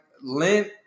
lint